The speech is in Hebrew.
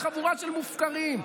חבורה של מופקרים.